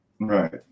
Right